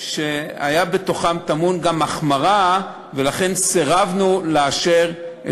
אני מקווה שגם אז הוא יוכל לוותר על